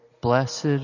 Blessed